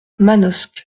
manosque